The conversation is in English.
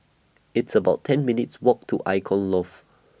It's about ten minutes' Walk to Icon Loft